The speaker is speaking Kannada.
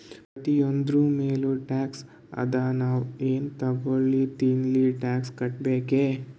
ಪ್ರತಿಯೊಂದ್ರ ಮ್ಯಾಲ ಟ್ಯಾಕ್ಸ್ ಅದಾ, ನಾವ್ ಎನ್ ತಗೊಲ್ಲಿ ತಿನ್ಲಿ ಟ್ಯಾಕ್ಸ್ ಕಟ್ಬೇಕೆ